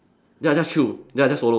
then I just chew then I just swallow